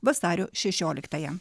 vasario šešioliktąją